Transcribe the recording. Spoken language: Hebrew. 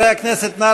חברי הכנסת נא